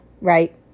right